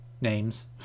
names